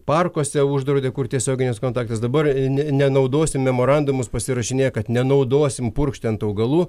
parkuose uždraudė kur tiesioginis kontaktas dabar ne nenaudosim memorandumus pasirašinėja kad nenaudosim purkšti ant augalų